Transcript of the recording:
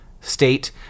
state